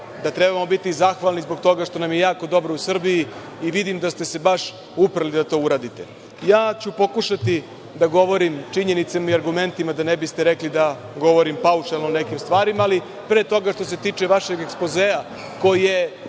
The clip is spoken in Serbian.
da trebamo biti zahvalni zbog toga što nam je jako dobro u Srbiji i vidim da se baš uprli da to uradite. Pokušaću da govorim činjenicama i argumentima, da ne biste rekli da govorim paušalno o nekim stvarima, ali pre toga, što se tiče vašeg ekspozea, koji je